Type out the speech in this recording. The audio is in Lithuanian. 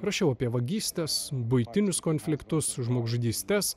rašiau apie vagystes buitinius konfliktus žmogžudystes